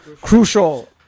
crucial